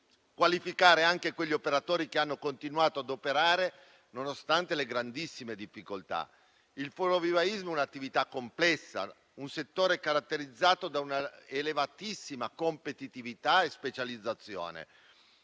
qualificare gli operatori che hanno continuato ad operare nonostante le grandissime difficoltà. Il florovivaismo è un'attività complessa e un settore caratterizzato da un'elevatissima competitività e specializzazione.